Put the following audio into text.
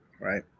Right